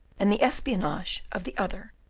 and the espionage of the other,